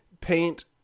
paint